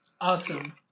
Awesome